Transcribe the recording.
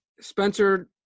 Spencer